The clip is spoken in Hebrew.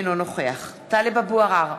אינו נוכח טלב אבו עראר,